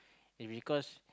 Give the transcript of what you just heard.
if because